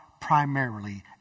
primarily